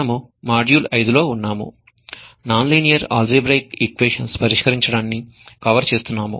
మనము మాడ్యూల్ 5 లో ఉన్నాము నాన్ లీనియర్ ఆల్జీబ్రాఇక్ ఈక్వేషన్స్ పరిష్కరించడాన్ని కవర్ చేస్తున్నాము